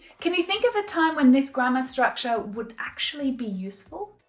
can you think of a time when this grammar structure would actually be useful?